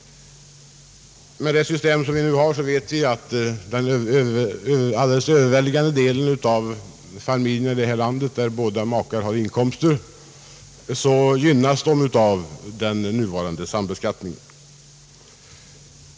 Vi vet ju att det nuvarande skattesystemet gynnar den alldeles övervägande delen av familjerna där båda makarna har inkomster.